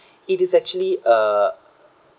it is actually a